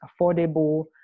affordable